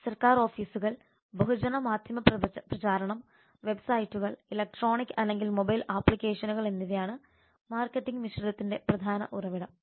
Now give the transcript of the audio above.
സർക്കാർ ഓഫീസുകൾ ബഹുജന മാധ്യമ പ്രചാരണം വെബ്സൈറ്റുകൾ ഇലക്ട്രോണിക് അല്ലെങ്കിൽ മൊബൈൽ ആപ്ലിക്കേഷനുകൾ എന്നിവയാണ് മാർക്കറ്റിംഗ് മിശ്രിതത്തിന്റെ പ്രധാന ഉറവിടം